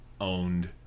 owned